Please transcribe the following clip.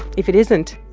if it isn't,